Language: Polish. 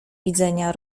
widzenia